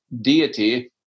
deity